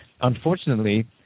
unfortunately